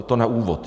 To na úvod.